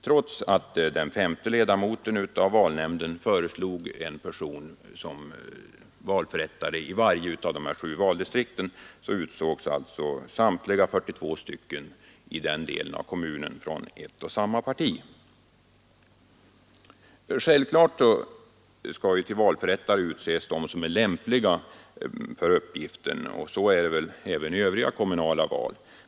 Trots att den femte ledamoten av valnämnden föreslog en person som valförrättare i vart och ett av dessa sju valdistrikt utsågs samtliga 42 valförrättare i den delen av kommunen från ett och samma parti. Till valförrättare skall självfallet utses personer som är lämpliga för uppgiften. Det gäller givetvis för alla kommunala val.